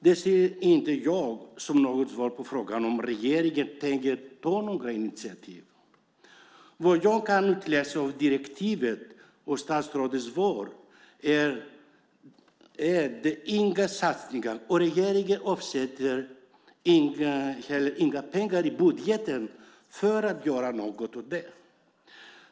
Det ser inte jag som något svar på frågan om regeringen tänker ta några initiativ. Vad jag kan utläsa av direktivet och statsrådets svar är att det inte görs några satsningar. Regeringen avsätter inga pengar i budgeten för att göra något åt detta.